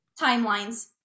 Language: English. timelines